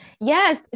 Yes